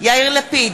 יאיר לפיד,